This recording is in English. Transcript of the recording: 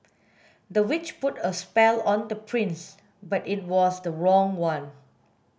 the witch put a spell on the prince but it was the wrong one